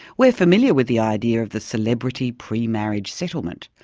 we're familiar with the idea of the celebrity pre-marriage settlement,